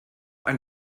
ein